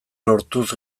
lortuz